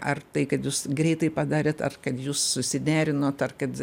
ar tai kad jūs greitai padarėt ar kad jus susiderinot ar kad